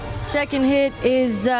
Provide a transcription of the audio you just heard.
second hit is